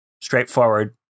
straightforward